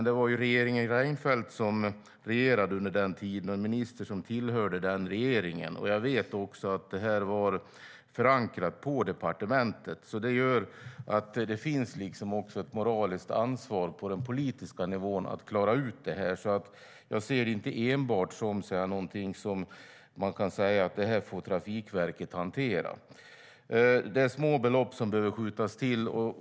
Det var dock regeringen Reinfeldt som regerade på den tiden, och det var en minister som tillhörde den regeringen. Jag vet att avtalet var förankrat på departementet. Det gör att det finns ett moraliskt ansvar på politisk nivå för att klara ut detta. Jag ser inte detta enbart som något Trafikverket får hantera. Det är små belopp som behöver skjutas till.